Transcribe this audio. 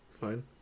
fine